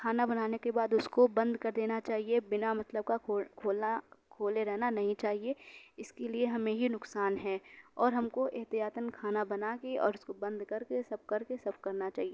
کھانا بنانے کے بعد اس کو بند کردینا چاہیے بنا مطلب کا کھول کھولنا کھولے رہنا نہیں چاہیے اس کے لئے ہمیں یہ نقصان ہے اور ہم کو احتیاطاً کھانا بنا کے اور اس کو بند کر کے سب کر کے سب کرنا چاہیے